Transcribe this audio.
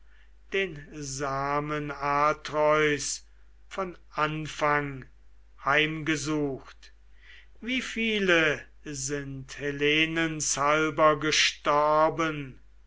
den samen atreus von anfang heimgesucht wie viele sind helenens halber gestorben